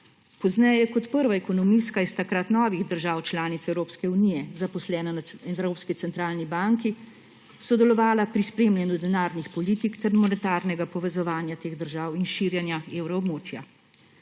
Pozneje je kot prva ekonomistka iz takrat novih držav članic Evropske unije, zaposlena na Evropski centralni banki, sodelovala pri spremljanju denarnih politik ter monetarnega povezovanja teh držav in širjenja evroobmočja.